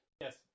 Yes